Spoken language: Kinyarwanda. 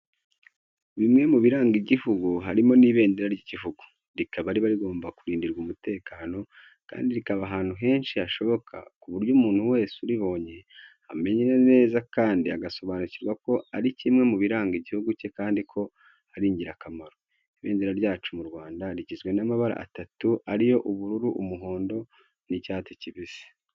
Bimwe mu biranga igihugu harimo n'ibendera ry'iguhugu. Rikaba riba rigomba kurindirwa umutekano kandi rikaba ahantu henshi hashoboka ku buryo umuntu wese uribonye amenya neza kandi agasobanukirwa ko ari kimwe mu biranga igihugu cye kandi ko ari ingirakamaro. Ibendera ryacu mu Rwanda rigizwe n'amabara atatu ariyo ubururu, umuhondo n'icyatsi kibisi.